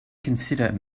consider